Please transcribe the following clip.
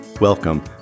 Welcome